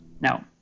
Now